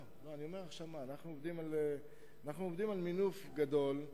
אנחנו עובדים על מינוף גדול.